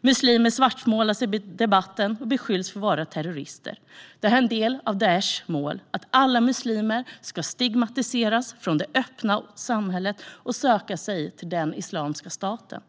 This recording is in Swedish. Muslimer svartmålas i debatten och beskylls för att vara terrorister. Det är en del av Daish mål att alla muslimer ska stigmatiseras från det öppna samhället och söka sig till den islamiska staten.